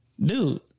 dude